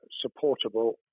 supportable